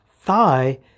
thigh